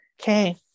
Okay